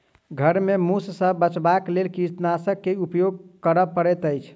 घर में मूस सॅ बचावक लेल कृंतकनाशक के उपयोग करअ पड़ैत अछि